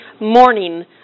morning